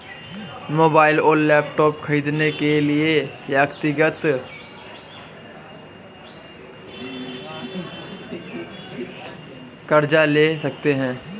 mobile और laptop खरीदने के लिए व्यक्तिगत कर्ज ले सकते है